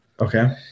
Okay